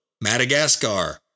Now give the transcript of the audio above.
Madagascar